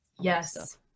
Yes